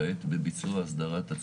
אני שמח כשאת אומרת לי שבוועדה התקיים